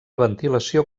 ventilació